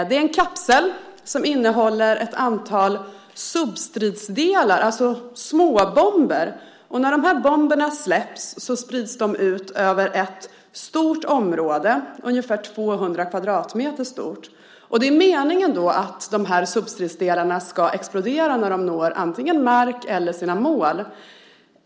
Det är en kapsel som innehåller ett antal substridsdelar, alltså småbomber. När de här bomberna släpps sprids de ut över ett ungefär 200 kvadratmeter stort område. Det är meningen att de här substridsdelarna ska explodera när de når antingen marken eller sina mål.